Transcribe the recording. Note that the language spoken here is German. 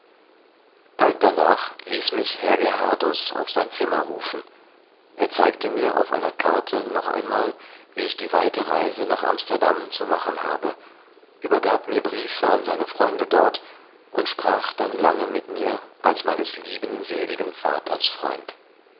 bald danach ließ mich herr gerhardus auf sein zimmer rufen er zeigte mir auf einer karte noch einmal wie ich die weite reise nach amsterdam zu machen habe übergab mir briefe an seine freunde dort und sprach dann lange mit mir als meines lieben seligen vaters freund